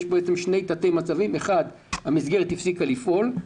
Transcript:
יש שני תתי-מצבים: האחד, שהמסגרת הפסיקה לפעול.